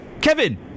Kevin